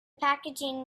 packaging